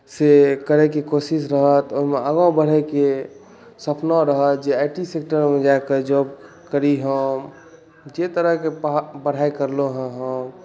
से करैके कोशिश रहत ओहिमे आगाँ बढ़ैके सपना रहत जे आई टी सेक्टरमे जाकऽ जॉब करी हम जे तरहके पढ़ाई करलहुँ हँ हम